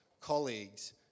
colleagues